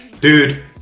dude